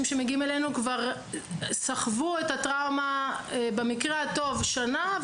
שמגיעים אלינו כבר סחבו את הטראומה במקרה הטוב שנה,